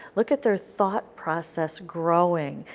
look at their thought process growing.